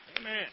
Amen